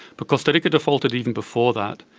but costa rica defaulted even before that,